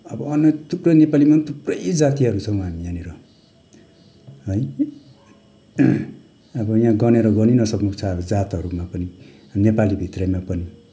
अब अन्य थुप्रै नेपालीमा पनि थुप्रै जातिहरू छौँ हामी यहाँनिर है अब यहाँ गनेर गनिनसक्नु छ जातहरूमा पनि नेपालीभित्रैमा पनि